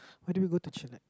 where do we go to chill at